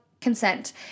consent